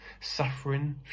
suffering